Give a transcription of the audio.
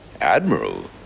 admiral